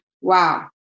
wow